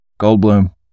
Goldblum